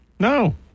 No